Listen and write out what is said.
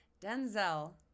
denzel